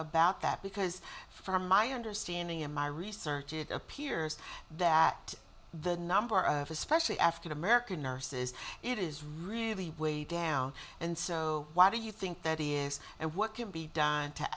about that because from my understanding in my research it appears that the number of especially african american nurses it is really way down and so why do you think that is and what can be done to